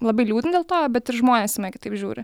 labai liūdna dėl to bet ir žmonės kitaip žiūri